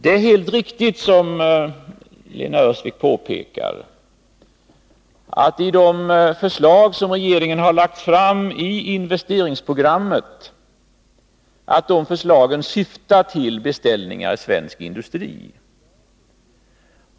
Det är helt riktigt, som Lena Öhrsvik påpekar, att de förslag som regeringen har lagt fram i investeringsprogrammet syftar till beställningar inom svensk industri.